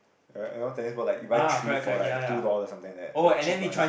correct you know tennis ball like you buy three for like two dollars something like that the cheap ones